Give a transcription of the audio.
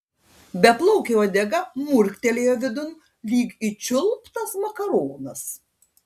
beplaukė uodega murktelėjo vidun lyg įčiulptas makaronas